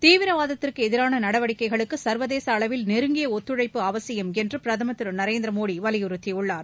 தீவிரவாதத்திற்கு எதிரான நடவடிக்கைகளுக்கு சர்வதேச அளவில் நெருங்கிய ஒத்துழைப்பு அவசியம் என்று பிரதமர் திரு நரேந்திர மோடி வலியுறுத்தியுள்ளார்